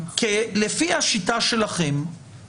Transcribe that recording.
לפי השיטה שלכם,